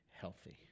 healthy